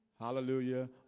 Hallelujah